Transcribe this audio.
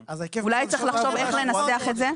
אולי צריך לחשוב איך לנסח את זה.